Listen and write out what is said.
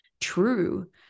true